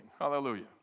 Hallelujah